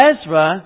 Ezra